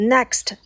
Next